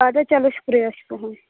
اَدٕ حظ چلو شُکریہ چھُ تُہُنٛد